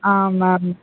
ஆ ma'am